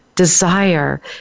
Desire